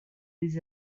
des